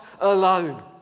alone